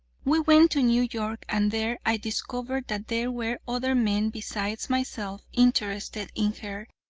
we went to new york, and there i discovered that there were other men besides myself interested in her,